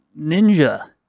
ninja